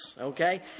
Okay